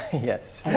yes.